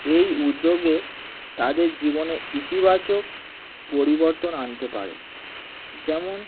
এই উদ্যোগে তাদের জীবনে ইতিবাচক পরিবর্তন আনতে পারে যেমন